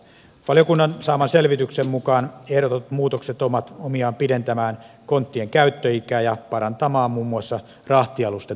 valiokunnan saaman selvityksen mukaan ehdotetut muutokset ovat omiaan pidentämään konttien käyttöikää ja parantamaan muun muassa rahtialusten turvallisuutta